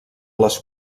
les